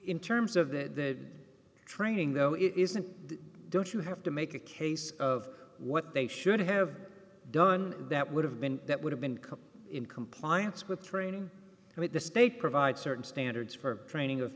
in terms of the training though it isn't don't you have to make a case of what they should have done that would have been that would have been in compliance with training with the state provide certain standards for training of